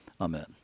Amen